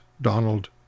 Donald